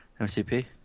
MCP